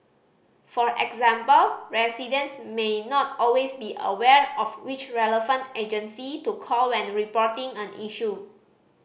for example residents may not always be aware of which relevant agency to call when reporting an issue